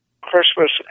Christmas